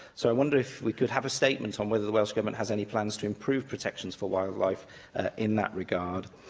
so, i wonder if we could have a statement on whether the welsh government has any plans to improve protections for wildlife in that regard.